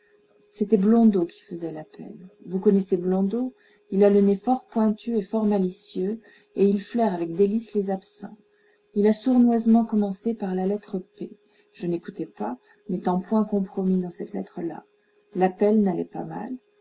c'était blondeau qui faisait l'appel vous connaissez blondeau il a le nez fort pointu et fort malicieux et il flaire avec délices les absents il a sournoisement commencé par la lettre p je n'écoutais pas n'étant point compromis dans cette lettre là l'appel n'allait pas mal